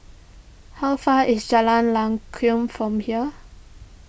how far is Jalan from here